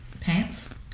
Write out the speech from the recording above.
pants